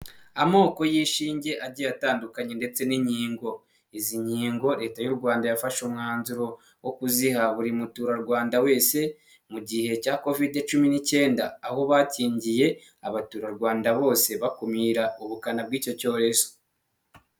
Amoko y'ishinge agiye atandukanye ndetse n'inkingo. Izi nkingo leta y'u Rwanda yafashe umwanzuro wo kuziha buri muturarwanda wese mu gihe cya kovide cumi n'icyenda, aho bakingiye abaturarwanda bose bakumira ubukana bw'icyo cyorezo.